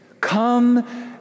come